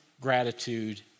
gratitude